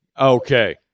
Okay